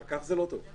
כך זה לא טוב.